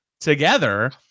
together